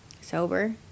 Sober